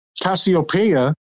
Cassiopeia